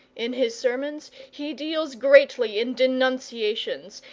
in his sermons he deals greatly in denunciations,